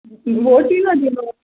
vote ई न थींदो